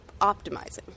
optimizing